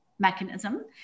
mechanism